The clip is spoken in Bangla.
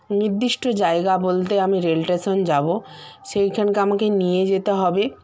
নির্দিষ্ট জায়গা বলতে আমি রেল স্টেশন যাব সেইখানকে আমাকে নিয়ে যেতে হবে